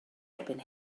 erbyn